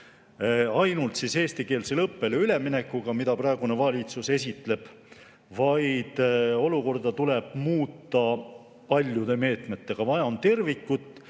ainult eestikeelsele õppele üleminekuga, mida praegune valitsus esitleb, vaid olukorda tuleb muuta paljude meetmetega. Vaja on tervikut,